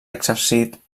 exercit